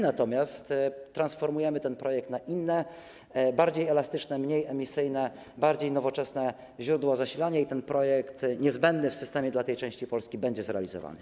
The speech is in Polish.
natomiast transformujemy ten projekt na inne, bardziej elastyczne, mniej emisyjne, bardziej nowoczesne źródła zasilania i ten projekt, niezbędny w systemie dla tej części Polski, będzie zrealizowany.